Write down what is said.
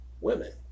women